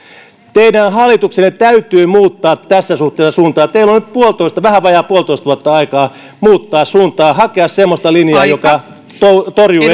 teidän hallituksenne täytyy muuttaa tässä suhteessa suuntaa teillä on nyt vähän vajaa puolitoista vuotta aikaa muuttaa suuntaa hakea semmoista linjaa joka torjuu